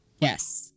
Yes